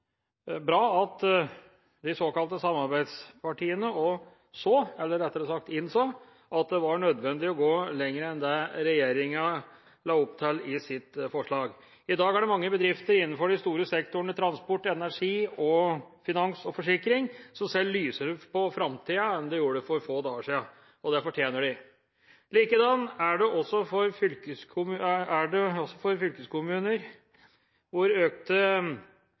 bra at de såkalte samarbeidspartiene så – eller rettere sagt innså – at det var nødvendig å gå lenger enn det regjeringa la opp til i sitt forslag. I dag er det mange bedrifter innenfor de store sektorene transport, energi, finans og forsikring som ser lysere på framtiden enn de gjorde for få dager siden, og det fortjener de. Likedan er det også for